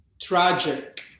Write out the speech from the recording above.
tragic